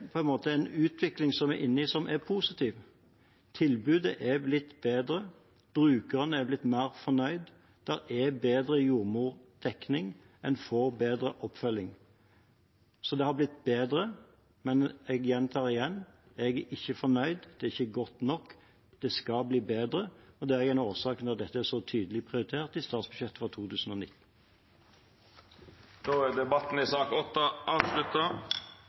i en positiv utvikling – tilbudet er blitt bedre, brukerne er blitt mer fornøyde, jordmordekningen er bedre, oppfølgingen er bedre. Så det har blitt bedre, men jeg gjentar igjen: Jeg er ikke fornøyd, det er ikke godt nok, det skal bli bedre, og det er igjen årsaken til at dette er så tydelig prioritert i statsbudsjettet for 2019. Då er debatten i sak nr. 8 avslutta.